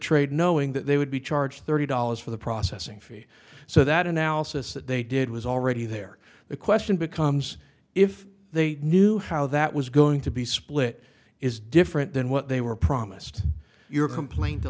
trade knowing that they would be charged thirty dollars for the processing fee so that analysis that they did was already there the question becomes if they knew how that it was going to be split is different than what they were promised your complain